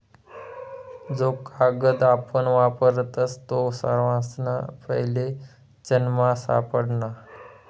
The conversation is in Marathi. जो कागद आपण वापरतस तो सर्वासना पैले चीनमा सापडना